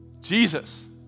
Jesus